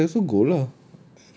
he want to go R_I also go lah